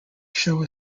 show